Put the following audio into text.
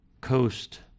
coast